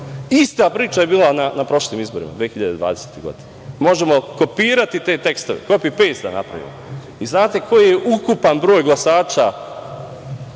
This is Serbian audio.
ista priča je bila na prošlim izborima 2020. godine, možemo kopirati te tekstove, kopi-pejst da napravimo. Znate li koji je ukupan broj glasača